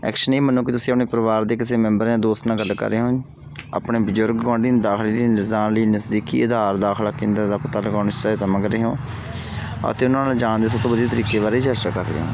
actually ਮੈਨੂੰ ਕੀ ਤੁਸੀਂ ਆਪਣੇ ਪਰਿਵਾਰ ਦੇ ਕਿਸੇ ਮੈਂਬਰ ਜਾਂ ਦੋਸਤ ਨਾਲ ਗੱਲ ਕਰ ਰਹੇ ਹੋ ਆਪਣੇ ਬਜ਼ੁਰਗ ਗਆਂਢੀ ਨੂੰ ਦਾਖਲੇ ਲਈ ਲਿਜਾਣ ਲਈ ਨਜ਼ਦੀਕੀ ਅਧਾਰ ਦਾਖਲਾ ਕੇਂਦਰ ਦਾ ਪਤਾ ਲਗਾਉਣ ਲਈ ਸਹਾਇਤਾ ਮੰਗ ਰਹੇ ਹੋ ਅਤੇ ਉਹਨਾਂ ਨੂੰ ਲਿਜਾਣ ਦੇ ਸਭ ਤੋਂ ਵਧੀਆ ਤਰੀਕੇ ਬਾਰੇ ਚਰਚਾ ਕਰ ਰਹੇ ਹੋ